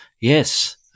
yes